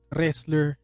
Wrestler